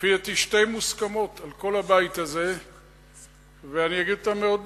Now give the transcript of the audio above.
לפי דעתי שתי מוסכמות על כל הבית הזה ואני אגיד אותן מאוד בקצרה,